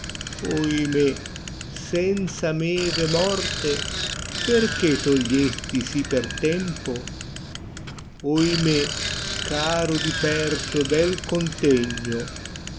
tempo oimè senza meve morte perchè togliesti sì per tempo oimè caro diporto e bel contegno